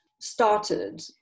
started